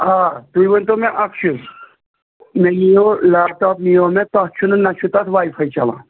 آ تُہۍ ؤنۍتو مےٚ اکھ چیٖز مےٚ نِیو لیپٹاپ نِیو مےٚ تتھ چھُنہٕ نہَ چھُ تتھ واے فاے چَلان